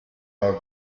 are